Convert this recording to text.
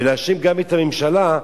ולהאשים גם את הממשלה,